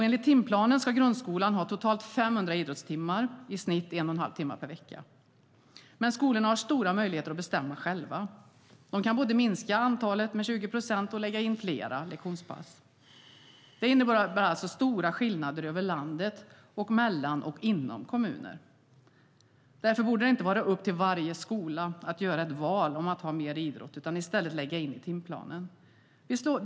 Enligt timplanen ska grundskolan ha totalt 500 idrottstimmar, i snitt en och en halv timme per vecka. Men skolorna har stora möjligheter att bestämma detta själva. De kan både minska antalet med 20 procent och lägga in fler idrottspass. Detta innebär stora skillnader över landet och mellan och inom kommuner. Därför borde det inte vara upp till varje skola att göra ett val att ha mer idrott, utan det borde i stället läggas in i timplanen.